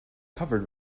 covered